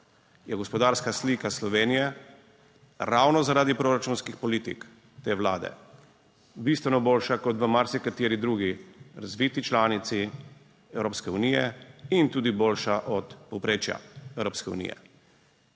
je gospodarska slika Slovenije ravno zaradi proračunskih politik te vlade, bistveno boljša kot v marsikateri drugi razviti članici Evropske unije in tudi boljša od povprečja Evropske unije.